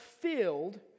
filled